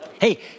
Hey